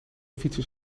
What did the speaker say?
fietsers